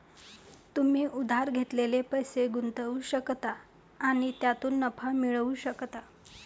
तुम्ही उधार घेतलेले पैसे गुंतवू शकता आणि त्यातून नफा मिळवू शकता